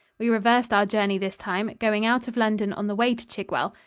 we reversed our journey this time, going out of london on the way to chigwell.